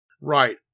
Right